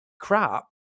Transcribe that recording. crap